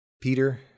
Peter